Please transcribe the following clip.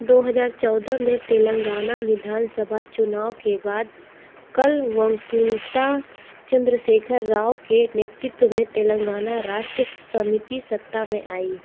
दो हज़ार चौदह में तेलंगाना विधानसभा चुनाव के बाद कल्वाकुंतला चंद्रशेखर राव के नेतृत्व में तेलंगाना राष्ट्र समिति सत्ता में आई